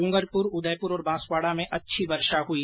डूंगरपुर उदयपुर और बांसवाड़ा में अच्छी वर्षा हुई